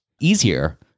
easier